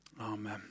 amen